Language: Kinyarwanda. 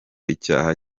icyaha